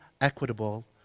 equitable